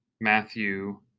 Matthew